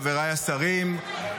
חבריי השרים,